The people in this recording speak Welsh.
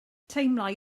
teimlai